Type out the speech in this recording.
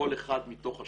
כל אחד מתוך השניים,